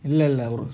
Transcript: alert level